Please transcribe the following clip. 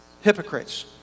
Hypocrites